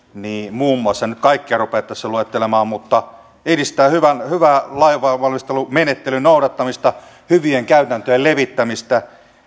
muun muassa en nyt kaikkea rupea tässä luettelemaan niin se edistää hyvän hyvän lainvalmistelumenettelyn noudattamista hyvien käytäntöjen levittämistä